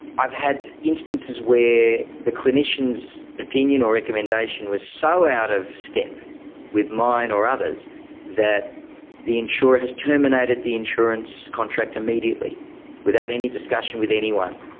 i have had instances where the clinician's opinion or recommendation was so out of step with mine or others that the insurer has terminated the insurance contract immediately without any discussion with anyone.